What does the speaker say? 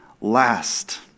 last